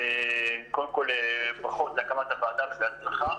קודם כול ברכות על הקמת הוועדה ובהצלחה.